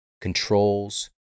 controls